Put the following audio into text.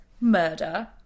Murder